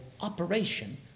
operation